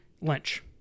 Lynch